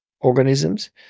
organisms